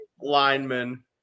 linemen